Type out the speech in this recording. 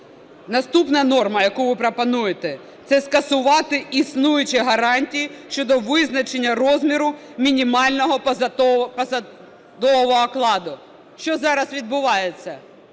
Наступна норма, яку ви пропонуєте – це скасувати існуючі гарантії щодо визначення розміру мінімального посадового окладу. Що зараз відбувається?